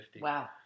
Wow